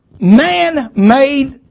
man-made